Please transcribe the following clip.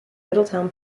middletown